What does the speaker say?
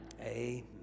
Amen